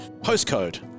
Postcode